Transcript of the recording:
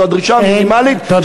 זו הדרישה המינימלית, תודה.